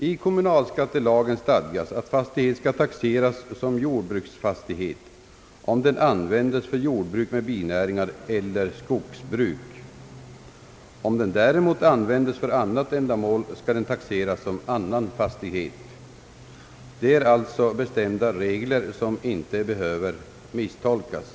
I kommunalskattelagen stadgas att fastighet skall taxeras såsom jordbruksfastighet om den användes för jordbruk med binäringar eller skogsbruk. Om den däremot användes för annat ändamål skall den taxeras såsom annan fastighet. Det finns alltså bestämda regler som inte behöver misstolkas.